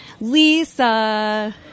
Lisa